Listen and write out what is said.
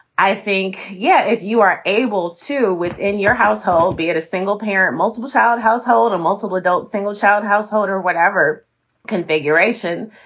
i think. yeah. if you are able to within your household, be at a single parent, multiple child household or multiple adult single child household or whatever configuration,